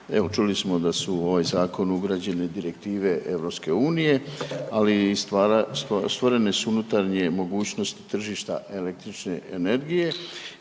Evo čuli smo da su u ovaj zakonu ugrađene direktive EU, ali i stvorene su unutarnje mogućnosti tržišta električne energije